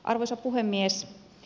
arvoisa puhemies